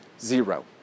Zero